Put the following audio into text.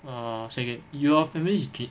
err say again your family is ge~